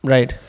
Right।